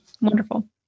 Wonderful